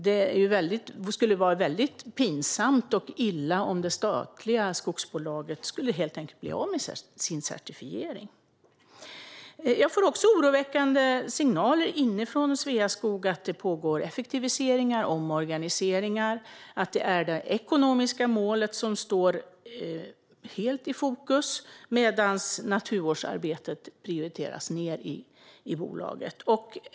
Det skulle helt enkelt vara väldigt pinsamt och illa om det statliga skogsbolaget skulle bli av med sin certifiering. Jag får också oroväckande signaler inifrån Sveaskog om att det pågår effektiviseringar och omorganiseringar och att det ekonomiska målet helt står i fokus, medan naturvårdsarbetet prioriteras ned i bolaget.